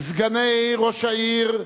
סגני ראש העיר,